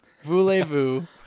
Voulez-Vous